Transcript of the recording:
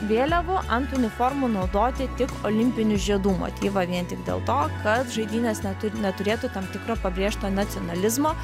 vėliavų ant uniformų naudoti tik olimpinių žiedų motyvą vien tik dėl to kad žaidynės netu neturėtų tam tikro pabrėžto nacionalizmo